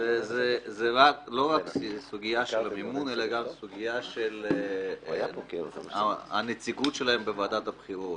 זו לא רק סוגיה של המימון אלא גם סוגיה של הנציגות שלהם בוועדת הבחירות.